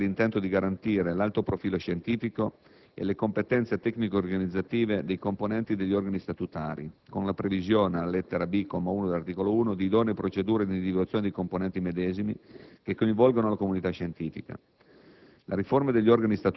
Parimenti da apprezzare é l'intento di garantire l'alto profilo scientifico e le competenze tecnico-organizzative dei componenti degli organi statutari con la previsione, alla lettera *b)*, comma 1, dell'articolo 1, di idonee procedure di individuazione dei componenti medesimi che coinvolgano la comunità scientifica.